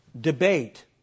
debate